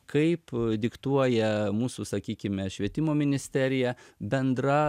kaip diktuoja mūsų sakykime švietimo ministerija bendra